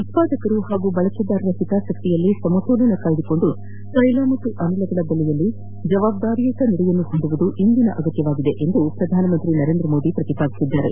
ಉತ್ಪಾದಕರು ಹಾಗೂ ಬಳಕೆದಾರರ ಹಿತಾಸಕ್ತಿಯಲ್ಲಿ ಸಮತೋಲನ ಕಾಯ್ದುಕೊಂಡು ತೈಲ ಮತ್ತು ಅನಿಲಗಳ ಬೆಲೆಯಲ್ಲಿ ಜವಾಬ್ದಾರಿಯುತ ನಡೆಯನ್ನು ಹೊಂದುವುದು ಇಂದಿನ ಅಗತ್ಯವಾಗಿದೆ ಎಂದು ಪ್ರಧಾನಮಂತ್ರಿ ನರೇಂದ್ರ ಮೋದಿ ಪ್ರತಿಪಾದಿಸಿದ್ದಾರೆ